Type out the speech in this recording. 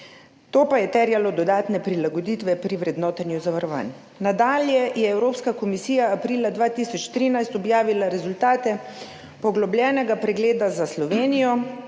To pa je terjalo dodatne prilagoditve pri vrednotenju zavarovanj. Nadalje je Evropska komisija aprila 2013 objavila rezultate poglobljenega pregleda za Slovenijo,